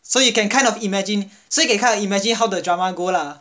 so you can kind of imagine so you can kind of imagine how the drama go lah